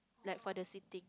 like for the seating